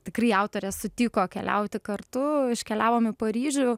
tikrai autorė sutiko keliauti kartu iškeliavom į paryžių